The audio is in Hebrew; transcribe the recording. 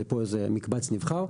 זה פה איזה מקבץ נבחר.